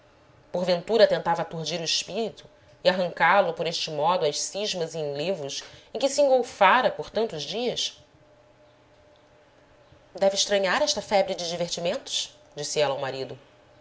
esquecimento porventura tentava aturdir o espírito e arrancá-lo por este modo às cismas e enlevos em que se engolfara por tantos dias deve estranhar esta febre de divertimentos disse ela ao marido